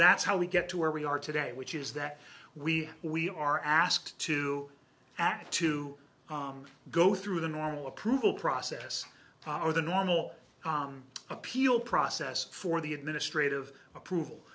that's how we get to where we are today which is that we we are asked to act to go through the normal approval process power the normal appeal process for the administrative approval